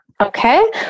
Okay